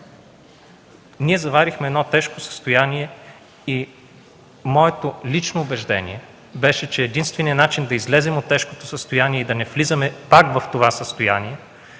Ние заварихме тежко състояние и моето лично убеждение беше, че единственият начин да излезем от тежкото състояние и да не влизаме пак в него е